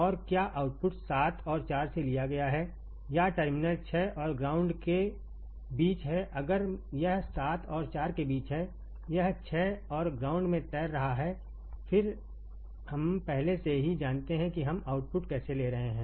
और क्या आउटपुट 7 और 4 से लिया गया है या टर्मिनल 6 और ग्राउंड के बीच है अगर यह 7 और 4 के बीच हैयह 6 और ग्राउंड में तैर रहा है फिर हम पहले से ही जानते हैं कि हम आउटपुट कैसे ले रहे हैं